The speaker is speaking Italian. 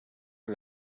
che